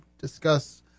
discuss